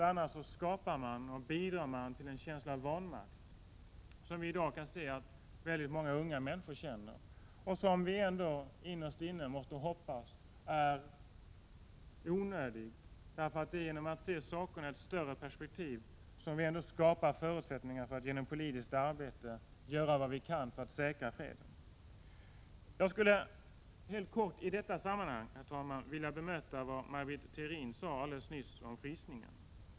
Annars bidrar man till en känsla av vanmakt, som vi i dag kan se att många unga människor känner, men som vi ändå innerst inne måste hoppas är onödig. Det är genom att se sakerna i ett större perspektiv som vi skapar förutsättningar för att genom politiskt arbete göra vad vi kan för att säkra fred. Jag skulle helt kort i detta sammanhang, herr talman, vilja bemöta vad Maj Britt Theorin sade alldeles nyss om frysningen.